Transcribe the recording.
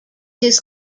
his